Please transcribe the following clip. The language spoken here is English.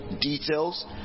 details